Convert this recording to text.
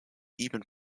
even